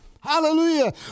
Hallelujah